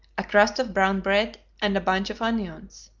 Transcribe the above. a crust of brown bread, and a bunch of onions.